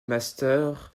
master